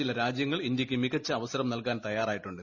ചില രാജ്യങ്ങൾ ഇന്ത്യയ്ക്ക് മികച്ച അവസരം നൽകാൻ തയ്യാറായിട്ടുണ്ട്